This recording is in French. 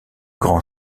grand